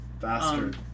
Bastard